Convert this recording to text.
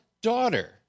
daughter